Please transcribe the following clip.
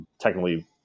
technically